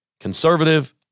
Conservative